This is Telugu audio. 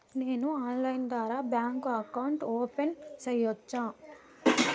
నేను ఆన్లైన్ ద్వారా బ్యాంకు అకౌంట్ ఓపెన్ సేయొచ్చా?